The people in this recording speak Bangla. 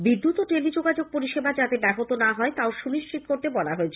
বিদ্যুত় ও টেলিযোগাযোগ পরিষেবাও যাতে ব্যাহত না হয় তাও সুনিশ্চিত করতে বলা হয়েছে